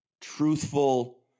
truthful